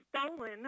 stolen